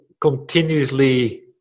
continuously